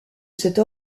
cette